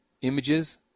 images